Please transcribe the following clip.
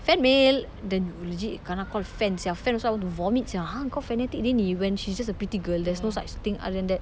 fan mail then legit kena call fan sia fan I also want to vomit sia !huh! kau fanatic dia ni when she's just a pretty girl there's no such thing other than that